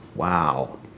Wow